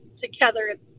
together